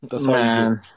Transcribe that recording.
Man